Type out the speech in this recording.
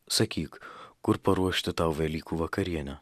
sakyk kur paruošti tau velykų vakarienę